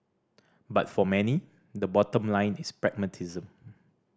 but for many the bottom line is pragmatism